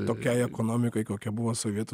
tokiai ekonomikai kokia buvo sovietų